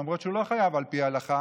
למרות שהוא לא חייב על פי ההלכה,